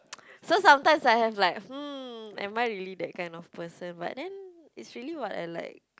so sometimes I have like hmm am I really that kind of person but then it's really what I like